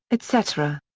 etc.